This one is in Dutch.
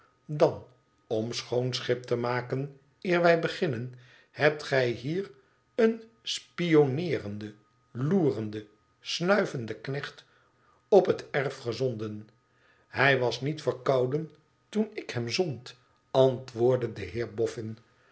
dan om schoon schip te maken eer wij beginnen hebt gij hier een spionneerenden loerended snui venden knecht op het erf gezonden hij was niet verkouden toen ik hem zond antwoordde de